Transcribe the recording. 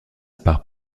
part